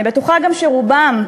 אני בטוחה גם שרובם,